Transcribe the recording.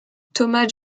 thomas